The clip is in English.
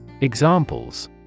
Examples